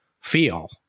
feel